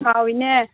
ꯍꯥꯎꯏꯅꯦ